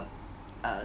uh